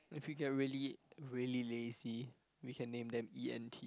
if we get really really lazy we can name them E_N_T